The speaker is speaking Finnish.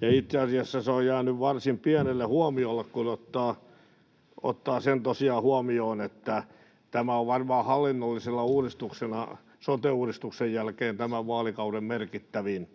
ja itse asiassa se on jäänyt varsin pienelle huomiolle, kun ottaa tosiaan huomioon sen, että tämä on varmaan hallinnollisena uudistuksena sote-uudistuksen jälkeen tämän vaalikauden merkittävin.